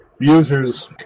users